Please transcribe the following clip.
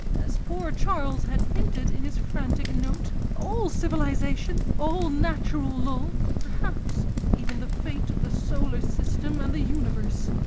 as poor charles had hinted in his frantic note, all civilisation, all natural law, perhaps even the fate of the solar system and the universe'?